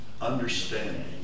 understanding